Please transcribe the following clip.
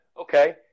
Okay